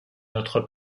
notre